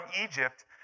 Egypt